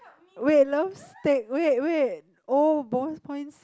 wait love state wait wait oh ball points